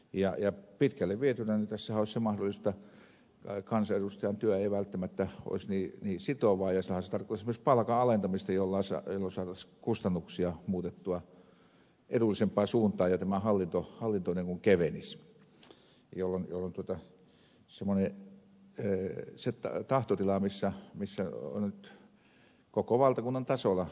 pitkälle vietynä tässähän olisi se mahdollisuus että kansanedustajan työ ei välttämättä olisi niin sitovaa ja silloinhan se tarkoittaisi myös palkan alentamista jolloin saataisiin kustannuksia muutettua edullisempaan suuntaan ja tämä hallinto kevenisi jolloin on semmoinen tahtotila koko valtakunnan tasolla